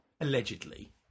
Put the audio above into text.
Allegedly